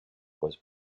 was